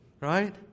Right